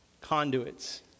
conduits